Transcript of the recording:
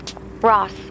Ross